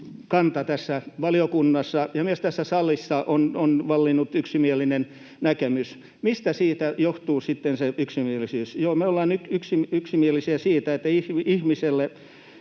kanta valiokunnassa, ja myös tässä salissa on vallinnut yksimielinen näkemys. Mistä sitten johtuu se yksimielisyys? Joo, me ollaan yksimielisiä siitä, että ihmiselle